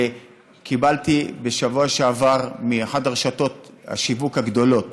קיבלתי בשבוע שעבר מאחת רשתות השיווק הגדולות